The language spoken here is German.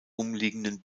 umliegenden